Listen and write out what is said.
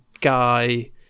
guy